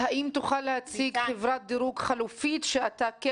האם תוכל להציג חברת דירוג חלופית שאתה כן